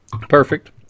Perfect